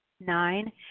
Nine